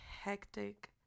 hectic